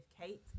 Kate